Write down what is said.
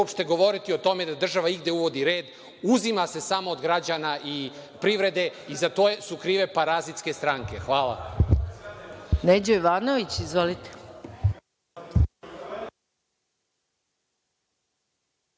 uopšte govoriti o tome da država igde uvodi red. Uzima se samo od građana i privrede i za to su krive parazitske stranke. Hvala.